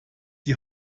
die